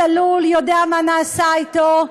טפו, הוא צלול ויודע מה נעשה אתו.